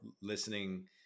listening